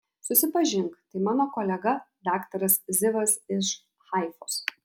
susipažink tai mano kolega daktaras zivas iš haifos